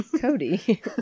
Cody